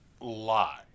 lie